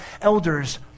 elders